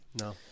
No